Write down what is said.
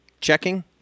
checking